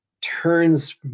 turns